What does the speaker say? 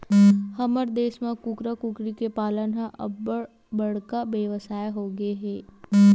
हमर देस म कुकरा, कुकरी के पालन ह अब्बड़ बड़का बेवसाय होगे हे